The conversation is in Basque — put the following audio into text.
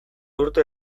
urte